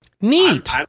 neat